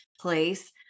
place